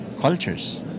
cultures